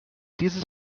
dieses